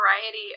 variety